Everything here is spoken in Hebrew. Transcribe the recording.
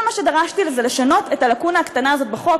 כל מה שדרשתי הוא לשנות את הלקונה הקטנה הזאת בחוק